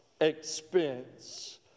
expense